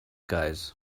guys